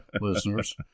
listeners